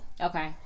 okay